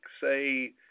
say